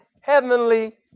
heavenly